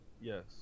Yes